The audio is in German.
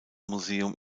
museum